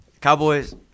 Cowboys